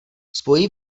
spojují